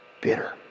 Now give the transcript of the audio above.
bitter